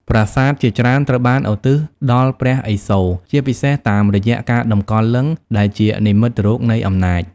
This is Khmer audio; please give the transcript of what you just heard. ប្រាសាទជាច្រើនត្រូវបានឧទ្ទិសដល់ព្រះឥសូរ ជាពិសេសតាមរយៈការតម្កល់លិង្គ ដែលជានិមិត្តរូបនៃអំណាច។